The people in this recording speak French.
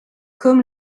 comme